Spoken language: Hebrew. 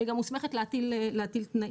וגם מוסמכת להטיל תנאים.